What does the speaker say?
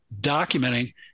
documenting